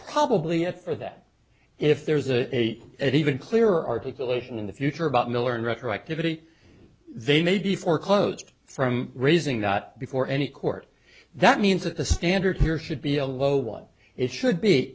probably it for that if there's an even clear articulation in the future about miller and retroactivity they may be foreclosed from raising that before any court that means that the standard here should be a low one it should be